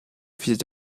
office